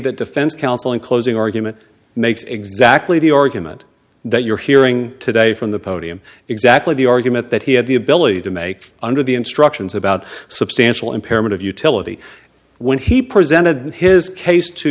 that defense counsel in closing argument makes exactly the argument that you're hearing today from the podium exactly the argument that he had the ability to make under the instructions about substantial impairment of utility when he presented his case to